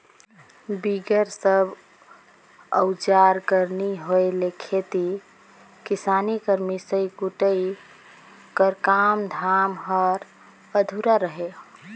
बिगर सब अउजार कर नी होए ले खेती किसानी कर मिसई कुटई कर काम धाम हर अधुरा रहें